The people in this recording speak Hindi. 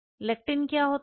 लेक्टिन क्या है